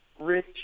Rich